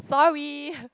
sorry